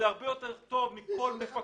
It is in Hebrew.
זה הרבה יותר טוב מכל מפקח